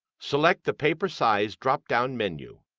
select the paper size drop-down menu,